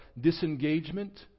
disengagement